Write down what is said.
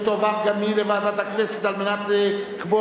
ותועבר גם היא לוועדת הכנסת על מנת לקבוע